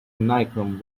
nichrome